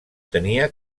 tenia